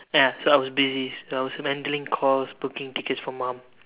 ya so I was busy so I was handling calls booking tickets for mum